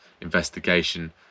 investigation